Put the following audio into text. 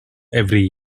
every